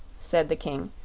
said the king,